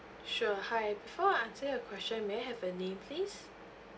sure hi before I answer your question may I have your name please